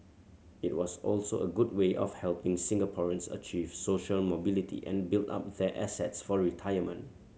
it was also a good way of helping Singaporeans achieve social mobility and build up their assets for retirement